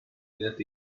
that